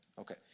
Okay